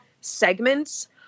segments